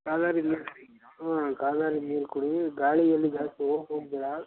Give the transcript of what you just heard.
ಕಾದ ಆರಿದ ನೀರು ಕುಡಿ ಹಾಂ ಕಾದ ಆರಿದ ನೀರು ಕುಡಿ ಗಾಳಿಯಲ್ಲಿ ಜಾಸ್ತಿ ಹೋಗ್ ಹೋಗಬೇಡ